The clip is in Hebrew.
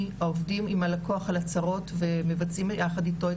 העובדים עם הלקוח על הצהרות ומבצעים ביחד אתו,